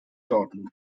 dortmund